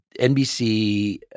NBC